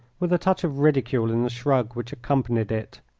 with a touch of ridicule in the shrug which accompanied it.